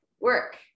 work